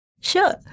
Sure